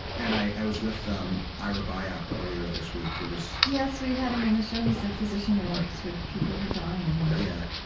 and i was with ira byock earlier this week, who was, yes, we had him on the show. he's a physician who works with people who are dying and yeah.